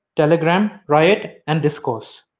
telegram, riot and discourse.